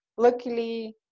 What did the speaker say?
Luckily